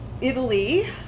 Italy